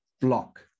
block